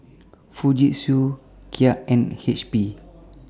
Fujitsu Kia and H P